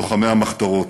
לוחמי המחתרות.